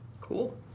Cool